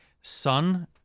Son